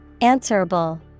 Answerable